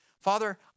Father